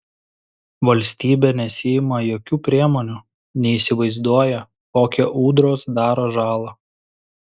valstybė nesiima jokių priemonių neįsivaizduoja kokią ūdros daro žalą